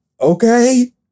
okay